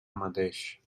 mateix